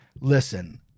Listen